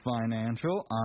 Financial